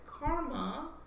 karma